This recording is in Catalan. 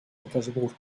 petersburg